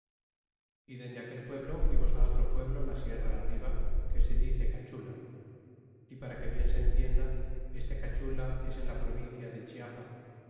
y dende aquel pueblo fuimos á otro pueblo la sierra arriba que se dice cachula y para que bien se entienda este cachula es en la provincia de chiapa